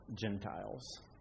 Gentiles